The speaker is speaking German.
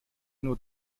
nur